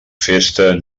festa